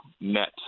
net